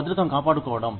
భద్రతను కాపాడుకోవడం